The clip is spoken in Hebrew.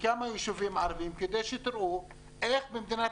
בכמה יישובים ערביים כדי שתראו איך במדינת